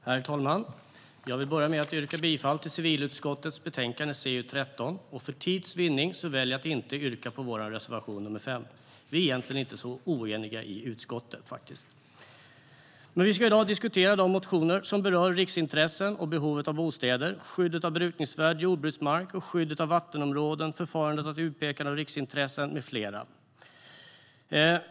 Herr talman! Jag vill börja med att yrka bifall till utskottets förslag i civilutskottets betänkande CU13. För tids vinnande väljer jag att inte yrka bifall till vår reservation nr 5. Vi är egentligen inte så oeniga i utskottet. Vi ska i dag diskutera de motioner som berör riksintressen och behovet av bostäder, skyddet av brukningsvärd jordbruksmark, skyddet av vattenområden, förfarandet vid utpekandet av riksintressen med mera.